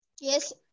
yes